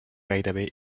gairebé